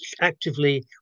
actively